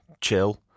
chill